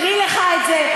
הקריא לך את זה.